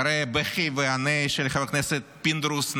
אחרי הבכי והנהי של חבר הכנסת פינדרוס,